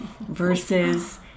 versus